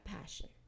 passion